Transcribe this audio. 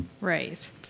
Right